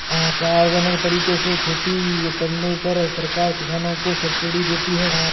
क्या ऑर्गेनिक तरीके से खेती करने पर सरकार किसानों को सब्सिडी देती है?